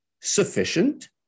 sufficient